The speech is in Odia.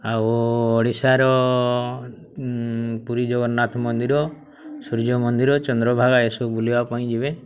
ଆଉ ଓଡ଼ିଶାର ପୁରୀ ଜଗନ୍ନାଥ ମନ୍ଦିର ସୂର୍ଯ୍ୟ ମନ୍ଦିର ଚନ୍ଦ୍ରଭାଗା ଏସବୁ ବୁଲିବା ପାଇଁ ଯିବେ